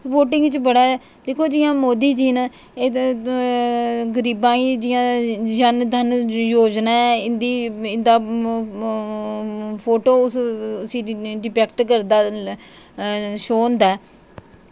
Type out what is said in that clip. ते वोटिंग च बड़ा दिक्खो हून जियां मोदी जी न ओह् गरीबां गी जियां धन जन योजनां इंदा फोटोज़ डिपेक्ट करदा शो होंदा ऐ